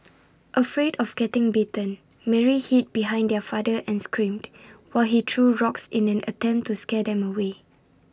afraid of getting bitten Mary hid behind their father and screamed while he threw rocks in an attempt to scare them away